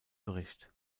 bericht